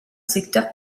secteur